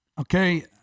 okay